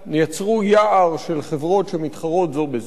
יצרו "יער" של חברות שמתחרות זו בזו.